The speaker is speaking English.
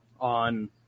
on